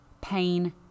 pain